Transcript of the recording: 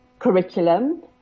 curriculum